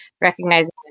recognizing